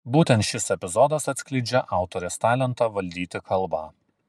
būtent šis epizodas atskleidžią autorės talentą valdyti kalbą